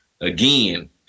Again